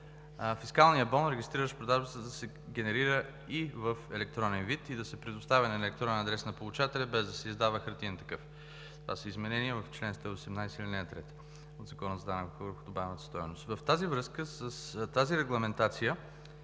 фискалният бон, регистриращ продажбата, да се генерира и в електронен вид и да се предоставя на електронен адрес на получателя, без да се издава хартиен такъв – това са изменения в чл. 118, ал. 3 от Закона за данък върху добавената стойност. Във връзка с тази регламентация